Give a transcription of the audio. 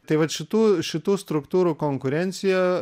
tai vat šitų šitų struktūrų konkurencija